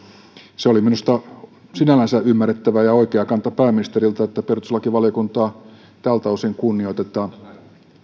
se oli minusta sinällänsä ymmärrettävä ja oikea kanta pääministeriltä että perustuslakivaliokuntaa tältä osin kunnioitetaan